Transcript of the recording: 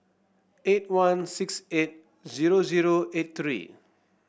eight one six eight zero zero eight three